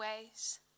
ways